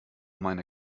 meine